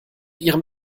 ihrem